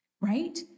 right